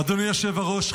אדוני היושב-ראש,